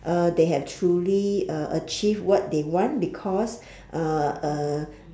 uh they have truly uh achieved what they want because uh uh